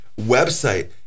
website